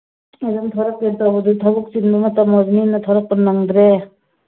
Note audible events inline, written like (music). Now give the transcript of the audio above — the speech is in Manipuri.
(unintelligible) ꯊꯣꯛꯂꯛꯀꯦ ꯇꯧꯕꯗꯨ ꯊꯕꯛ ꯆꯤꯟꯕ ꯃꯇꯝ ꯑꯣꯏꯕꯅꯤꯅ ꯊꯣꯛꯂꯛꯄ ꯅꯪꯗ꯭ꯔꯦ